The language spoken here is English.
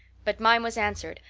but mine was answered,